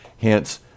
Hence